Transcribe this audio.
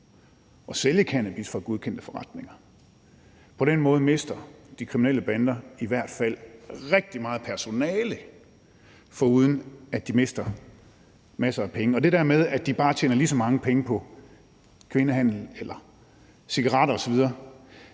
og sælge cannabis fra godkendte forretninger. På den måde mister de kriminelle bander i hvert fald rigtig meget personale, foruden at de mister masser af penge. Til det der med, at de bare tjener lige så mange penge på kvindehandel eller cigaretter osv.,